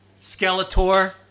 Skeletor